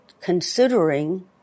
considering